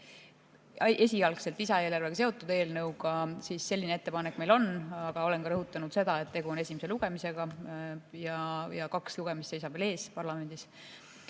esialgselt lisaeelarvega seotud eelnõuga, siis selline ettepanek meil on. Aga ma olen ka rõhutanud seda, et tegu on esimese lugemisega, kaks lugemist seisab parlamendis